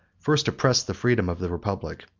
first oppressed the freedom of the republic,